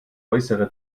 äußere